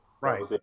right